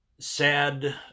Sad